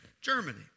Germany